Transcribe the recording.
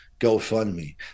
GoFundMe